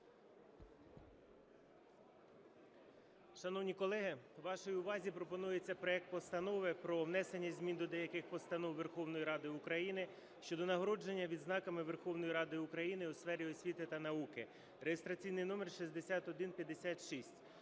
Шановні колеги, вашій увазі пропонується проект Постанови про внесення змін до деяких постанов Верховної Ради України щодо нагородження відзнаками Верховної Ради України у сфері освіти та науки (реєстраційний номер 6156).